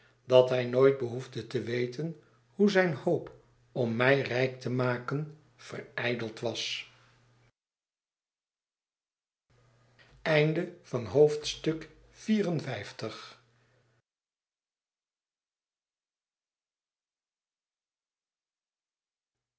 dat hij nooit behoefde te weten hoe zijne hoop om mij rijk te maken verijdeld was